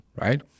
right